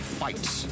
fights